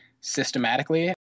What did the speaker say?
systematically